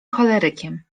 cholerykiem